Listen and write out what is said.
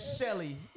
Shelly